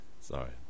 sorry